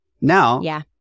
Now